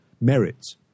merits